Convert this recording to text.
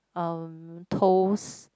um toast